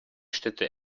städte